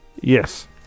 yes